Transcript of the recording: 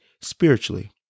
spiritually